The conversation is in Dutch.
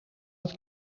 het